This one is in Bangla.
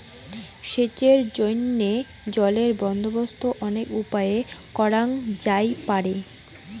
সেচের জইন্যে জলের বন্দোবস্ত অনেক উপায়ে করাং যাইপারে